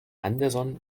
anderson